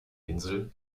insel